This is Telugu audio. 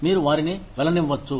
మీరు వారిని వెళ్ళనివ్వవచ్చు